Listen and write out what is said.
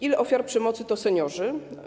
Ile ofiar przemocy to seniorzy?